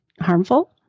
harmful